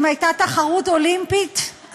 אם הייתה תחרות אולימפית,